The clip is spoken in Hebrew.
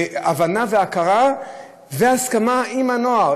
הבנה והכרה והסכמה עם הנוער.